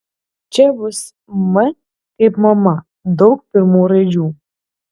čia bus m kaip mama daug pirmų raidžių